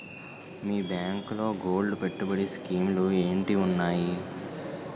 మీ బ్యాంకులో గోల్డ్ పెట్టుబడి స్కీం లు ఏంటి వున్నాయి?